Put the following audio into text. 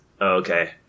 okay